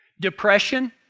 depression